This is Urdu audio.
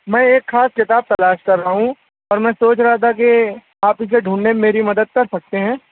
میں ایک خاص کتاب تلاش کر رہا ہوں اور میں سوچ رہا تھا کہ آپ اِسے ڈھونڈنے میں میری مدد کر سکتے ہیں